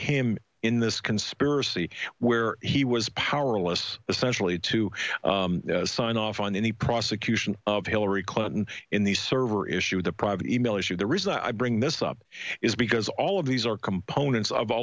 him in this conspiracy where he was powerless essentially to sign off on the prosecution of hillary clinton in the server issue the private e mail issue the reason i bring this up is because all of these are components of a